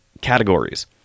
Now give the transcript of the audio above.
categories